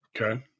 Okay